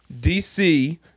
dc